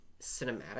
cinematic